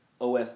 OS